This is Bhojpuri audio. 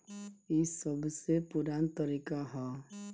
ई सबसे पुरान तरीका हअ